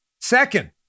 Second